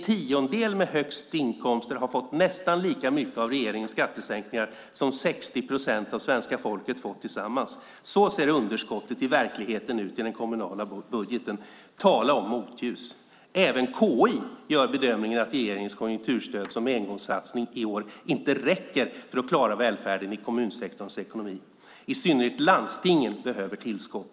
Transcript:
Tiondelen med högst inkomster har fått nästan lika mycket av regeringens skattesänkningar som 60 procent av svenska folket fått tillsammans. Så ser underskottet i verkligheten ut i den kommunala budgeten. Tala om motljus! Även KI gör bedömningen att regeringens konjunkturstöd som engångssatsning i år inte räcker för att klara välfärden i kommunsektorns ekonomi. I synnerhet landstingen behöver tillskott.